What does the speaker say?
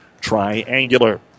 triangular